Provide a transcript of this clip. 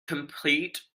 compete